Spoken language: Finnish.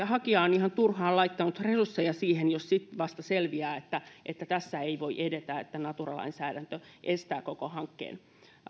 hakija on ihan turhaan laittanut resursseja siihen jos vasta sitten selviää että että tässä ei voi edetä että natura lainsäädäntö estää koko hankkeen